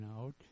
out